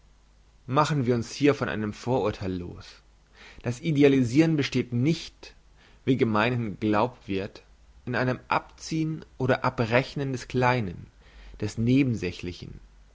machen wir uns hier von einem vorurtheil los das idealisiren besteht nicht wie gemeinhin geglaubt wird in einem abziehn oder abrechnen des kleinen des nebensächlichen